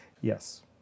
Yes